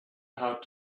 how